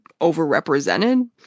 overrepresented